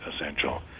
essential